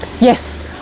yes